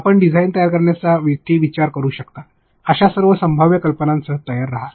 आपण डिझाइन तयार करण्यासाठी विचार करू शकता अशा सर्व संभाव्य कल्पनांसह तयार रहा